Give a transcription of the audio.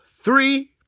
three